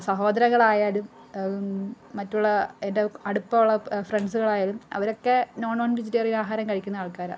സഹോദരങ്ങളായാലും മറ്റുള്ള എന്റെ അടുപ്പമുള്ള ഫ്രെണ്ട്സുകളായാലും അവരൊക്കെ നോ നോൺ വെജിറ്റേറിയൻ ആഹാരം കഴിക്കുന്ന ആൾക്കാരാണ്